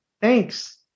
Thanks